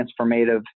Transformative